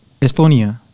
Estonia